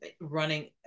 running